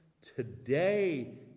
Today